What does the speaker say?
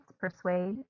persuade